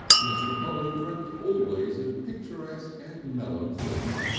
mr. polly dreamt always of picturesque and mellow things,